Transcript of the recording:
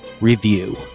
Review